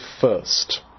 first